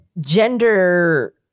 gender